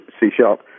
C-sharp